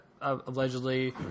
Allegedly